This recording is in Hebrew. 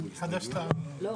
לא, חד"ש-תע"ל.